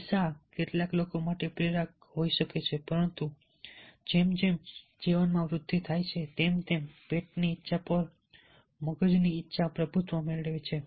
પૈસા કેટલાક લોકો માટે પ્રેરક હોઈ શકે છે પરંતુ જેમ જેમ જીવનમાં વૃદ્ધિ થાય છે તેમ તેમ પેટની ઈચ્છા પર મગજની ઈચ્છા પ્રભુત્વ મેળવે છે